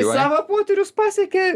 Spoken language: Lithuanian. savo potyrius pasiekė